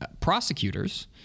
prosecutors